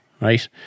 right